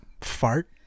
fart